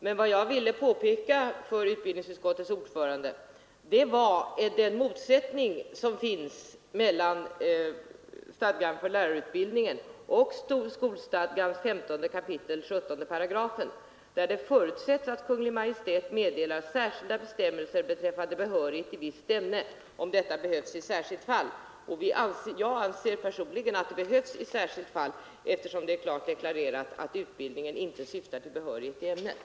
Men vad jag ville påpeka för utbildningsutskottets ordförande var den motsättning som finns mellan stadgan för lärarutbildningen och skolstadgans 15 kap. 17 §, där det förutsätts att Kungl. Maj:t meddelar särskilda bestämmelser om behörighet i visst ämne, om detta behövs i särskilt fall. Jag anser att detta behövs här, eftersom det är klart deklarerat att utbildningen inte alltid ger behörighet i ämnet.